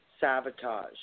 Sabotage